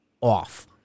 off